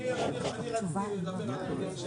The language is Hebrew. בבקשה.